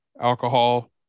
alcohol